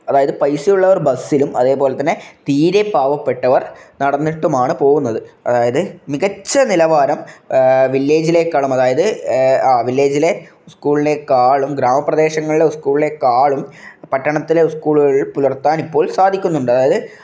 അതായത് പൈസ ഉള്ളവർ ബസ്സിലും അതേപോലെ തന്നെ തീരെ പാവപ്പെട്ടവർ നടന്നിട്ടും ആണ് പോകുന്നത് അതായത് മികച്ച നിലവാരം വില്ലേജിലെക്കാളും അതായത് ആ വില്ലേജിലെ സ്കൂളിനെക്കാളും ഗ്രാമപ്രദേശങ്ങളിലെ സ്കൂളിലേക്കാളും പട്ടണത്തിലെ സ്കൂളുകൾ പുലർത്താൻ ഇപ്പോൾ സാധിക്കുന്നുണ്ട് അതായത്